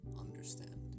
understand